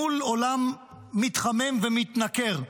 מול עולם מתחמם ומתנכר,